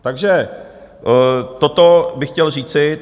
Takže toto bych chtěl říci.